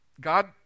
God